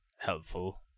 helpful